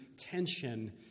tension